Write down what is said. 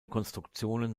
konstruktionen